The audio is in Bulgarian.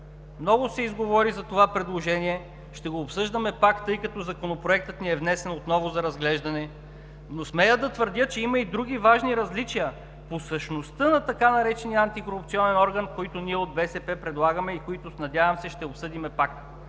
Много се изговори за това предложение, ще го обсъждаме пак, тъй като законопроектът ни е внесен отново за разглеждане, но смея да твърдя, че има и други важни различия по същността на така наречения антикорупционен орган, които ние от БСП предлагаме и които, надявам се, ще обсъдим пак.